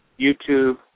youtube